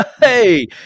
hey